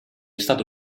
stato